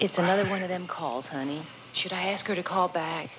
it's another one of them called tony should i ask you to call back